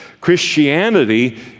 Christianity